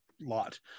lot